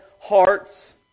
hearts